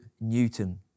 Newton